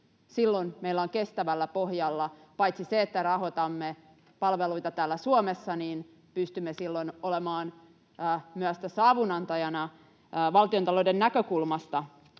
Silloin meillä on kestävällä pohjalla se, että rahoitamme palveluita täällä Suomessa, ja pystymme silloin olemaan myös avunantajana valtiontalouden näkökulmasta